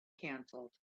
canceled